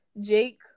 Jake